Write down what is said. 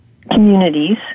communities